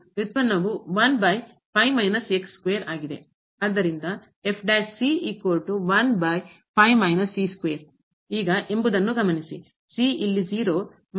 ವ್ಯುತ್ಪನ್ನವು ಆದ್ದರಿಂದ ಈಗಎಂಬುದನ್ನು ಗಮನಿಸಿ c ಇಲ್ಲಿ ಮತ್ತು